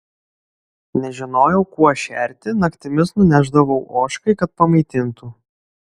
nežinojau kuo šerti naktimis nunešdavau ožkai kad pamaitintų